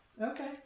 Okay